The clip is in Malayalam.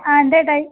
ആ എന്താണ് ഏട്ടായി